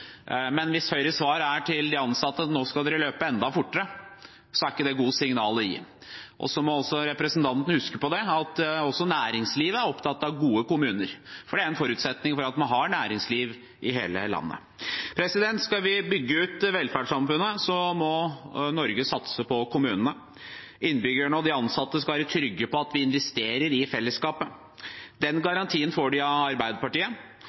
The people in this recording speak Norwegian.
nå skal dere løpe enda fortere, er ikke det gode signaler å gi. Og så må representanten huske på at også næringslivet er opptatt av gode kommuner, for det er en forutsetning for at vi har næringsliv i hele landet. Skal vi bygge ut velferdssamfunnet, må Norge satse på kommunene. Innbyggerne og de ansatte skal være trygge på at vi investerer i fellesskapet. Den garantien får de av Arbeiderpartiet.